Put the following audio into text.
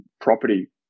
property